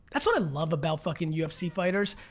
that's what i love about fucking ufc fighters.